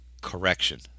correction